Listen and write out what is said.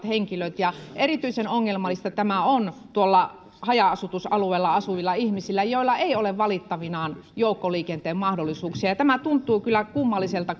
henkilöt ja erityisen ongelmallista tämä on haja asutusalueilla asuville ihmisille joilla ei ole valittavanaan joukkoliikenteen mahdollisuuksia tämä tuntuu kyllä kummalliselta